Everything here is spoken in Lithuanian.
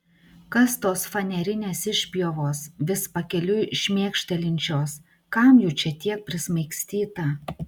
kas tos fanerinės išpjovos vis pakeliui šmėkštelinčios kam jų čia tiek prismaigstyta